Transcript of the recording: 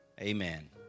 Amen